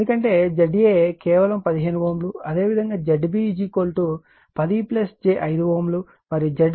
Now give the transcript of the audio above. ఎందుకంటే Za కేవలం 15 Ω అదేవిధంగా Zb 10 j 5 Ω మరియు Zc 6 j 8 Ω